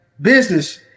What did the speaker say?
business